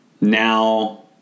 now